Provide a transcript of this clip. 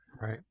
Right